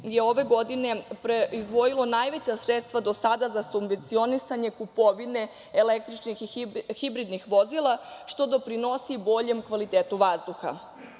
je ove godine izdvojilo najveća sredstva do sada za subvencionisanje kupovine električnih i hibridnih vozila, što doprinosi boljem kvalitetu vazduha. Srbija